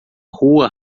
rua